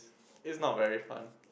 it's not very fun